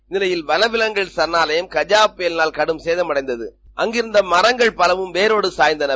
இந்நிலையில வனவிவங்குகள் சாணாவயம் கஜ புயலினால் கடும் சேதமடைந்தக ஆங்கிருந்த மாங்கள் பலவும் வேரோடு சாய்ந்தன